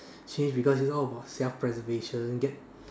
change because it is all about self preservation get